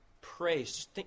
praise